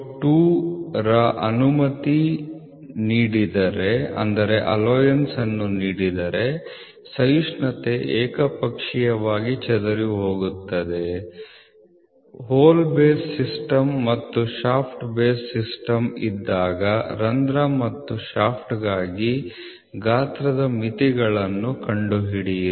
002 ರ ಅನುಮತಿ ನೀಡಿದರೆ ಸಹಿಷ್ಣುತೆ ಏಕಪಕ್ಷೀಯವಾಗಿ ಚದುರಿಹೋಗುತ್ತದೆ A hole base system A Hole Based System ಮತ್ತು B shaft base system B Shaft based system ಇದ್ದಾಗ ರಂಧ್ರ ಮತ್ತು ಶಾಫ್ಟ್ಗಾಗಿ ಗಾತ್ರದ ಮಿತಿಗಳನ್ನು ಕಂಡುಹಿಡಿಯಿರಿ